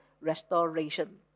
restoration